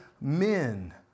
men